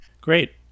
Great